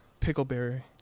Pickleberry